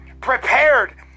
prepared